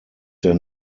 der